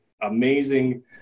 amazing